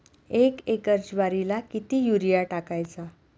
एक एकर ज्वारीला किती युरिया टाकायचा?